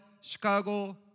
Chicago